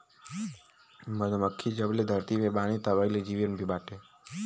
मधुमक्खी जबले धरती पे बानी तबही ले जीवन भी बाटे